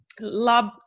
love